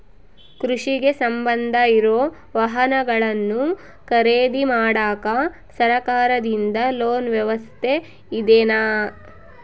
ಕೃಷಿಗೆ ಸಂಬಂಧ ಇರೊ ವಾಹನಗಳನ್ನು ಖರೇದಿ ಮಾಡಾಕ ಸರಕಾರದಿಂದ ಲೋನ್ ವ್ಯವಸ್ಥೆ ಇದೆನಾ?